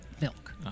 milk